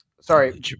Sorry